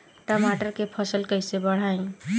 टमाटर के फ़सल कैसे बढ़ाई?